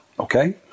Okay